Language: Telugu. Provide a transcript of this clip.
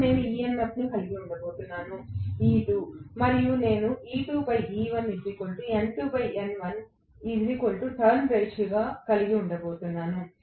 ఇప్పుడు నేను ఈ EMF ను కలిగి ఉండబోతున్నాను E2 మరియు నేను కలిగి ఉండబోతున్నాను